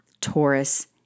Taurus